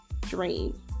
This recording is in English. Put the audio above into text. dream